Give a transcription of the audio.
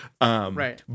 Right